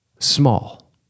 small